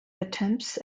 attempts